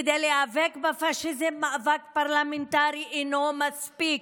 כדי להיאבק בפשיזם, מאבק פרלמנטרי אינו מספיק.